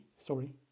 Sorry